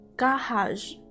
garage